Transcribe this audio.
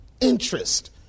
interest